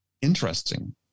interesting